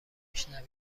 شوند